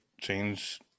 change